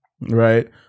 right